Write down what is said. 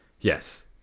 Yes